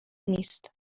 نیست